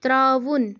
ترٛاوُن